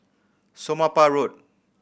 Somapah Road